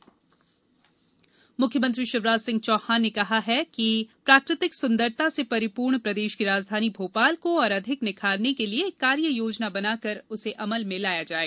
CM बैठक मुख्यमंत्री शिवराज सिंह चौहान ने कहा है कि प्राकृतिक सुंदरता से परिपूर्ण प्रदेश की राजधानी भोपाल को और अधिक निखारने के लिए एक कार्य योजना बनाकर अमल किया जाए